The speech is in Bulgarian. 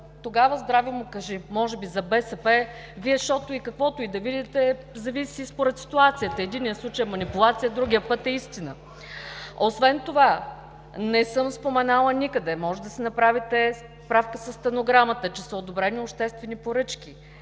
тогава здраве му кажи. Може би за БСП… Вие, защото каквото и да видите зависи според ситуацията, в единия случай е манипулация, другия път е истина. Освен това не съм споменала никъде, може да си направите справка със стенограмата, че са одобрени обществени поръчки.